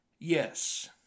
Yes